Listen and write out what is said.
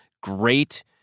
great